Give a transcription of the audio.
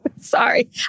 Sorry